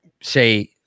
say